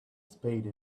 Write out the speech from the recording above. spade